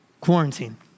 quarantine